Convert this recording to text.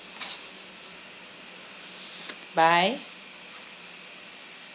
bye